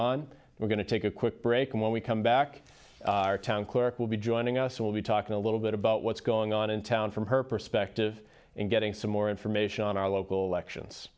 on we're going to take a quick break and when we come back our town clerk will be joining us we'll be talking a little bit about what's going on in town from her perspective and getting some more information on our local elections